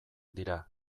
dira